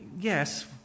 Yes